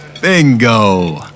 Bingo